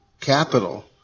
capital